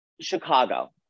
Chicago